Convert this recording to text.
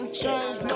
change